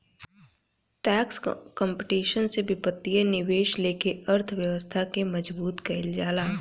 tax competition से वित्तीय निवेश लेके अर्थव्यवस्था के मजबूत कईल जाला